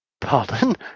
Pardon